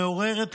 שמעוררת,